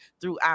throughout